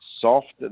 soft